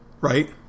Right